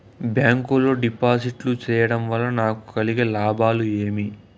Bank లో డిపాజిట్లు సేయడం వల్ల నాకు కలిగే లాభాలు ఏమేమి?